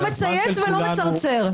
לא מצייץ ולא מצרצר.